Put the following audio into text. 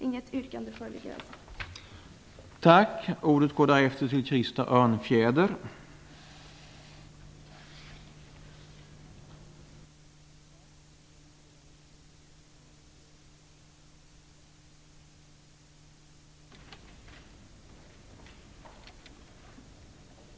Inget yrkande föreligger alltså.